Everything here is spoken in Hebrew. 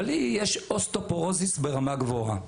אבל לי יש אוסטאופורוזיס ברמה גבוהה.